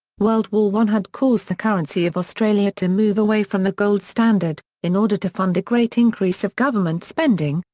world war i had caused the currency of australia to move away from the gold standard, in order to fund a great increase of government spending,